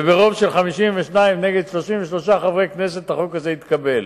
וברוב של 52 נגד 33 חברי כנסת החוק הזה התקבל.